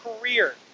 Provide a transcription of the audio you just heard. career